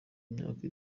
imyaka